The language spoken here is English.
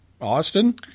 Austin